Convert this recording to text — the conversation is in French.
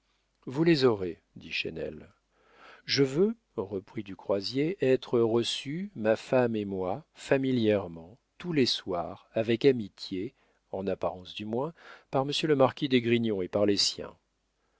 vous les aurez dit chesnel je veux reprit du croisier être reçu ma femme et moi familièrement tous les soirs avec amitié en apparence du moins par monsieur le marquis d'esgrignon et par les siens